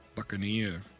Buccaneer